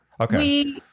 okay